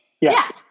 Yes